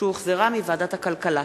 שהחזירה ועדת הכלכלה.